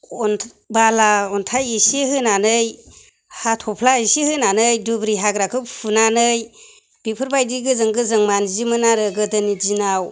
बाला अन्थाइ एसे होनानै हाथ'फ्ला एसे होनानै दुब्रि हाग्राखौ फुनानै बेफोरबायदि गोजों गोजों मान्जियोमोन आरो गोदोनि दिनाव